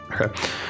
Okay